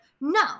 no